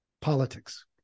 Politics